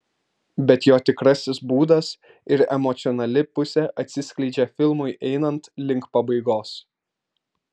bet jo tikrasis būdas ir emocionali pusė atsiskleidžia filmui einant link pabaigos